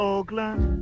Oakland